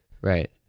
right